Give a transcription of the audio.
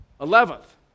Eleventh